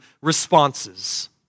responses